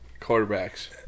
Quarterbacks